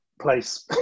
place